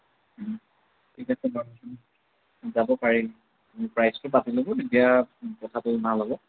ও ঠিক আছে বাৰু যাব পাৰিম প্ৰাইচটো জানি ল'ব তেতিয়া কথাটো ভাল হ'ব